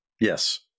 Yes